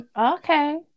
Okay